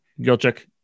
gilchuk